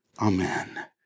Amen